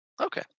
okay